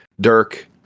Dirk